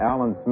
Alan